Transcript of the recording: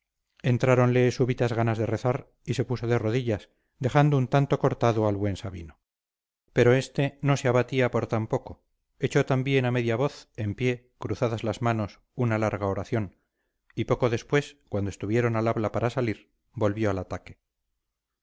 chistaba entráronle súbitas ganas de rezar y se puso de rodillas dejando un tanto cortado al buen sabino pero este no se abatía por tan poco echó también a media voz en pie cruzadas las manos una larga oración y poco después cuando estuvieron al habla para salir volvió al ataque